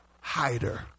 hider